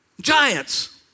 Giants